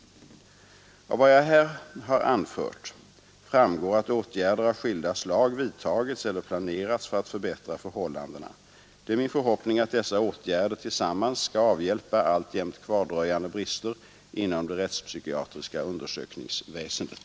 Av vad jag här anfört framgår att åtgärder av skilda slag vidtagits eller planerats för att förbättra förhållandena. Det är min förhoppning att dessa åtgärder tillsammantagna skall avhjälpa alltjämt kvardröjande brister inom det rättspsykiatriska undersökningsväsendet.